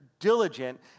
diligent